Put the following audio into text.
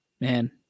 man